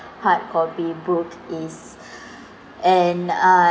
hard copy book is and uh